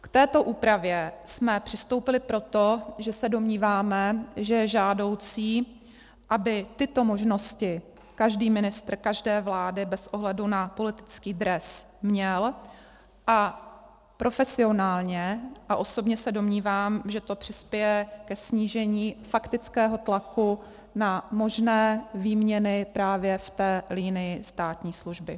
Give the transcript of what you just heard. K této úpravě jsme přistoupili proto, že se domníváme, že je žádoucí, aby tyto možnosti každý ministr každé vlády bez ohledu na politický dres měl, a profesionálně a osobně se domnívám, že to přispěje ke snížení faktického tlaku na možné výměny právě v té linii státní služby.